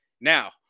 now